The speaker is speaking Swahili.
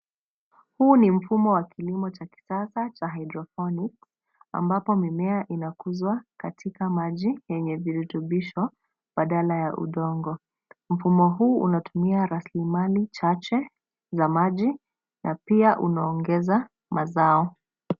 Huu ni mfumo wa kilimo cha kisasa cha haidroponik ambapo mimea inakuzwa katika maji yenye virutubisho badala ya udongo. mfumo huu unatumia rasilimali chache ya maji na pia unaongeza mazao.